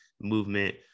movement